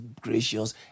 gracious